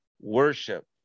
worship